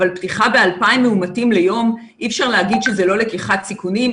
אבל פתיחה ב-2,000 מאומתים ליום אי אפשר להגיד שזה לא לקיחת סיכונים,